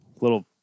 little